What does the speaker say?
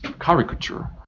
caricature